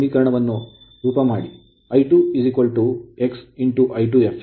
ಮತ್ತು ಈ ಸಮೀಕರಣವನ್ನು ರೂಪುಮಾಡಿ I2 x I2 fl